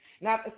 Now